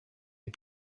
est